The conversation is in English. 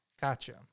Gotcha